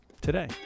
today